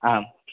आम्